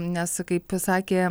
nes kaip sakė